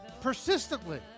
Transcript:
Persistently